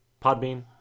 Podbean